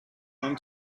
john